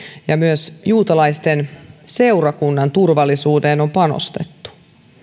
ja myös juutalaisten seurakunnan turvallisuuteen on panostettu